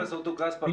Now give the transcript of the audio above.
פרופ' טור-כספא,